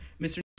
Mr